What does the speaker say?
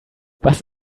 was